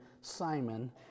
Simon